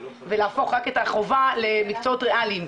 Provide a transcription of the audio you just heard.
ולהפוך את החובה רק למקצועות ריאליים,